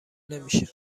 نمیشه